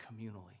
communally